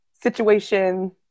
situation